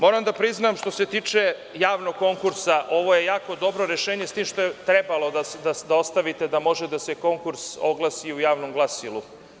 Moram da priznam, što se tiče javnog konkursa, ovo je jako dobro rešenje, s tim što je trebalo da ostavite da može da se konkurs oglasi u javnom glasilu.